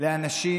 לאנשים